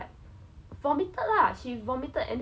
someone else they found a